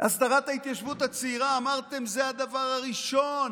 הסדרת ההתיישבות הצעירה, אמרתם שזה הדבר הראשון